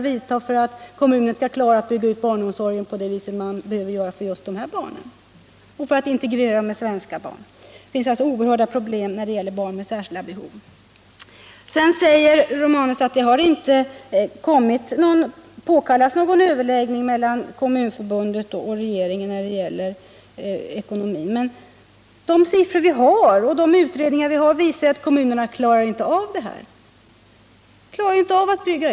Vidare säger Gabriel Romanus att det inte har påkallats någon överläggning mellan Kommunförbundet och regeringen när det gäller de ekonomiska frågorna. Men de siffror och de utredningar som vi har fått visar, att kommunerna inte klarar av denna utbyggnad.